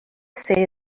say